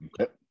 okay